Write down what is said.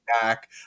back